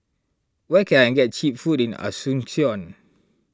where can I get Cheap Food in Asuncion